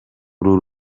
uru